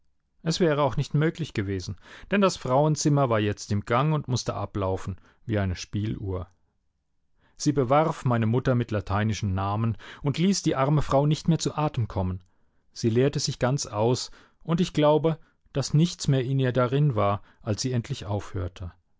es wäre auch nicht möglich gewesen denn das frauenzimmer war jetzt im gang und mußte ablaufen wie eine spieluhr sie bewarf meine mutter mit lateinischen namen und ließ die arme frau nicht mehr zu atem kommen sie leerte sich ganz aus und ich glaube daß nichts mehr in ihr darin war als sie endlich aufhörte